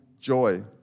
joy